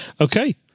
Okay